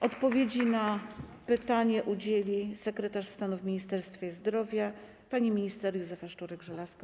Odpowiedzi na pytanie udzieli sekretarz stanu w Ministerstwie Zdrowia pani minister Józefa Szczurek-Żelazko.